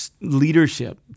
leadership